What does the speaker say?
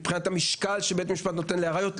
מבחינת המשקל שבית המשפט נותן לראיות.